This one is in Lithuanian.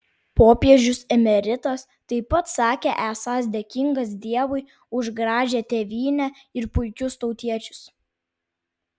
popiežius emeritas taip pat sakė esąs dėkingas dievui už gražią tėvynę ir puikius tautiečius